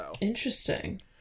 Interesting